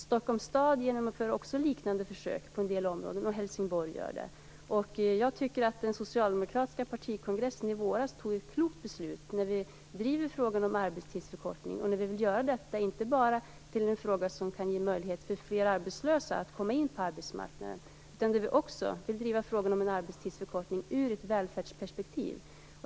Stockholms stad genomför liknande försök på en del områden, liksom Jag tycker att den socialdemokratiska partikongressen i våras fattade ett klokt beslut. Vi driver frågan om arbetstidsförkortning. Vi vill inte bara göra det för att det kan ge möjlighet för fler arbetslösa att komma in på arbetsmarknaden. Vi vill också driva frågan om en arbetstidsförkortning ur ett välfärdsperspektiv.